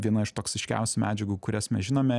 viena iš toksiškiausių medžiagų kurias mes žinome